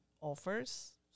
offers